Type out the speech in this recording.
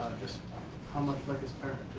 just how much like its parent